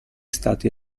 stati